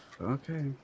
Okay